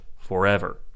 forever